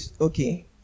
Okay